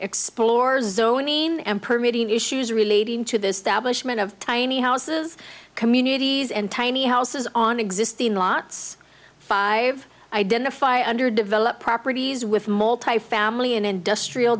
explores zoning and permitting issues relating to this stablish ment of tiny houses communities and tiny houses on existing lots five identify under developed properties with multifamily and industrial